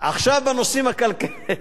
פעם זה היה חרדים.